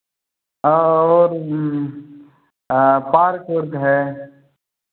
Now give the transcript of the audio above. और पार्क उर्क है